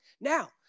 Now